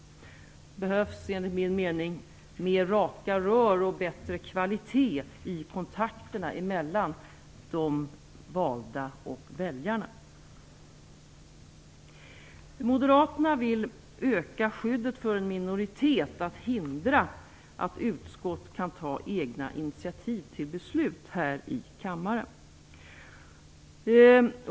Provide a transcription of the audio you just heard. Det behövs, enligt min mening, mer raka rör och bättre kvalitet i kontakterna mellan de valda och väljarna. Moderaterna vill öka skyddet för en minoritet så att den kan hindra ett utskott från att ta egna initiativ till beslut här i kammaren.